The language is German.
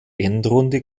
endrunde